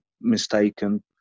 mistaken